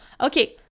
okay